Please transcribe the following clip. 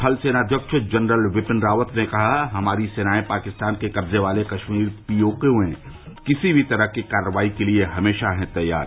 थलसेना अध्यक्ष जनरल बिपिन रावत ने कहा हमारी सेनाएं पाकिस्तान के कब्जे वाले कश्मीर पीओके में किसी भी तरह की कार्रवाई के लिए हमेशा हैं तैयार